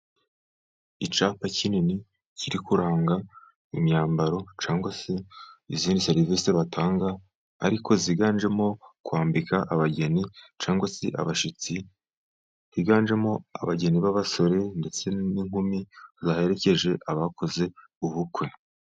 Icyapa kinini kiri kuranga imyambaro cyangwa se izindi serivisi batanga ariko ziganjemo kwambika abageni, cyangwa se abashitsi higanjemo abageni b'abasore, ndetse n'inkumi ziherekeje abakoze ubukwe.